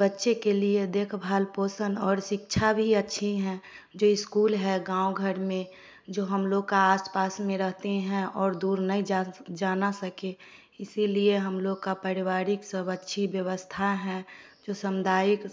बच्चे के लिए देखभाल पोषण और शिक्षा भी अच्छी है जो स्कूल है गाँव घर में जो हम लोग का आसपास में रहते हैं और दूर नहीं जा जाना सके इसीलिए हम लोगों का पारिवारिक सब अच्छी व्यवस्था है जो सामुदायिक